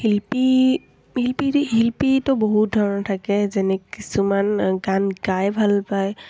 শিল্পী শিল্পী শিল্পীতো বহুত ধৰণৰ থাকে যেনে কিছুমান গান গাই ভাল পায়